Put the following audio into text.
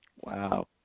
Wow